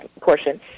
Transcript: portion